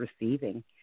receiving